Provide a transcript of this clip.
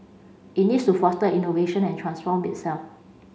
it needs to foster innovation and transform itself